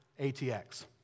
ATX